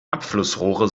abflussrohre